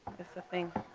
it's a thing.